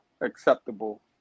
acceptable